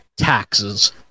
taxes